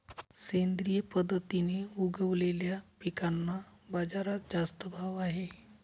सेंद्रिय पद्धतीने उगवलेल्या पिकांना बाजारात जास्त भाव आहे